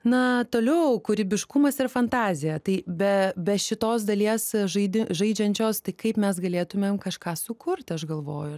na toliau kūrybiškumas yra fantazija tai be be šitos dalies žaidi žaidžiančios tai kaip mes galėtumėm kažką sukurti aš galvoju